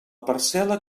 parcel·la